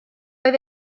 oedd